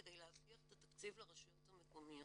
כדי להבטיח את התקציב לרשויות המקומיות.